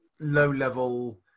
low-level